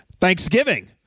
Thanksgiving